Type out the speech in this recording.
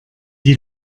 die